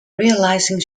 realizing